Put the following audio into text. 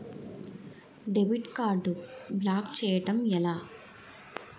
Debit card block చేయటం ఎలా?